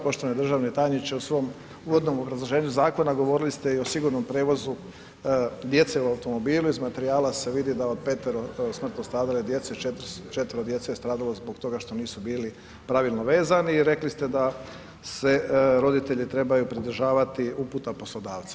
Poštovani državni tajniče u svom uvodom obrazloženju zakona govorili ste i o sigurnom prijevozu djecu u automobilu, iz materijala se vidi da od petero smrtno stradale djece, četvero djece je stradalo zbog toga što nisu bili pravilno vezani i rekli ste da se roditelji trebaju pridržavati uputa poslodavca.